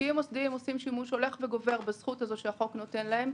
משקיעים מוסדיים עושים שימוש הולך וגובר בזכות הזאת שהחוק נותן להם